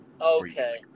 okay